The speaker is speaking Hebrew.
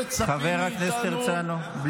למה?